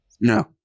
No